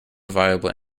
viable